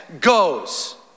goes